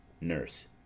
Nurse